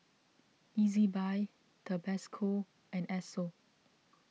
Ezbuy Tabasco and Esso